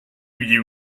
you